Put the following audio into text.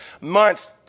months